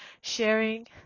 sharing